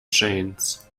chains